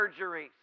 surgeries